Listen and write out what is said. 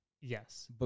Yes